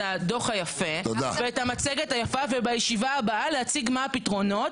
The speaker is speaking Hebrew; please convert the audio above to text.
הדוח היפה ואת המצגת היפה ובישיבה הבאה להציג מה הפתרונות,